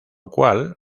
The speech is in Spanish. cual